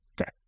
Okay